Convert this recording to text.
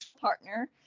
partner